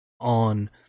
On